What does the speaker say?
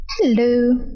Hello